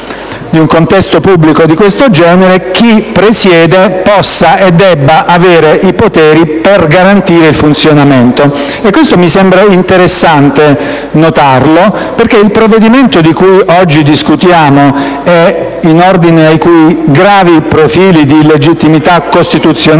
di un contesto pubblico di questo genere, chi presiede possa e debba avere i poteri per garantire il funzionamento. E questo mi sembra interessante notarlo, perché il provvedimento di cui oggi discutiamo e in ordine ai cui gravi profili di illegittimità costituzionale